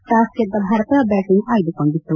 toss ಗೆದ್ದ Bharat batting ಆಯ್ದುಕೊಂಡಿತು